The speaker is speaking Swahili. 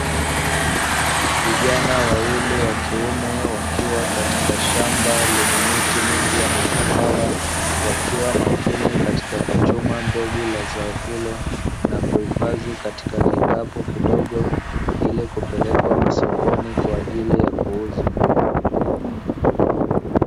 Vijana wawili wa kiume wakiwa katika shamba lenye miti mingi ya mikahawa, wakiwa makini katika kuchuma mbegu la zao hilo na kuhifadhi katika kikapu kidogo ili kupelekwa masokoni kwa ajili ya kuuzwa.